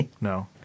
no